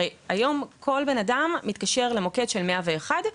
הרי היום כל בן אדם שמתקשר למוקד של 101,